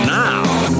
now